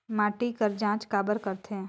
माटी कर जांच काबर करथे?